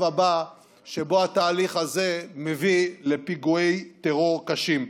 הבא שבו התהליך הזה מביא לפיגועי טרור קשים.